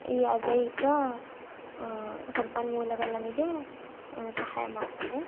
ಈ ಅಜೈವಿಕ ಸಂಪನ್ಮೂಲಗಳು ನಮಗೆ ಸಹಾಯ ಮಾಡ್ತವೆ